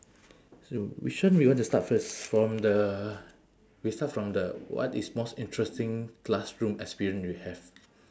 so which one we want to start first from the we start from the what is most interesting classroom experience you have